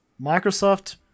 Microsoft